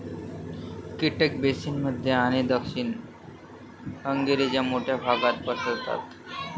कीटक बेसिन मध्य आणि दक्षिण हंगेरीच्या मोठ्या भागात पसरतात